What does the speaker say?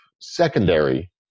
secondary